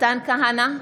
מתן כהנא,